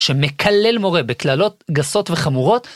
שמקלל מורה בקללות גסות וחמורות.